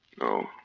No